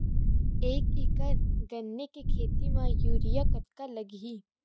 एक एकड़ गन्ने के खेती म यूरिया कतका लगही?